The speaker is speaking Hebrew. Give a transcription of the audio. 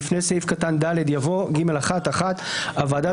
(2)לפני סעיף קטן (ד) יבוא: "(ג1) (1) הוועדה